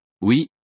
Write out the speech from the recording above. Oui